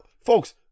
folks